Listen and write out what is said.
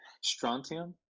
strontium